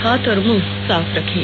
हाथ और मुंह साफ रखें